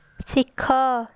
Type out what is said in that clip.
ଶିଖ